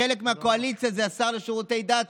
חלק מהקואליציה זה השר לשירותי דת,